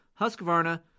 Husqvarna